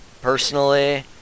personally